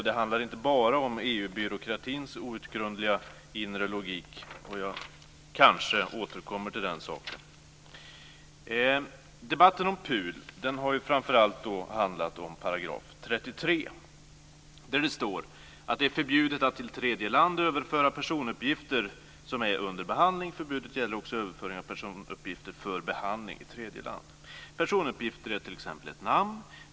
Det handlar inte bara om EU-byråkratins outgrundliga inre logik. Jag kanske återkommer till den saken. Debatten om PUL har ju framför allt handlat om § 33. Där står det att det är förbjudet att till tredje land överföra personuppgifter som är under behandling. Förbudet gäller också överföring av personuppgifter för behandling i tredje land. Personuppgifter är t.ex. ett namn.